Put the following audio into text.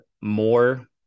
more